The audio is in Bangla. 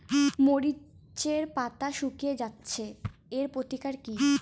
মরিচের পাতা শুকিয়ে যাচ্ছে এর প্রতিকার কি?